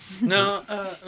No